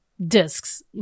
discs